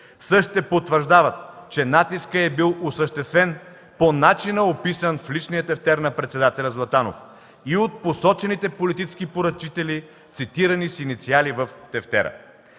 Същите потвърждават, че натискът е бил осъществен по начина, описан в личния тефтер на председателя Златанов и от посочените политически поръчители, цитирани с инициали в тефтера.